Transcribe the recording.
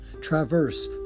traverse